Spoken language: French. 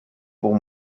pour